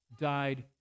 died